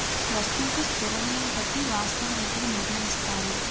వస్తువుకు స్థిర విలువ కట్టి వాస్తవ రేట్లు నిర్ణయిస్తారు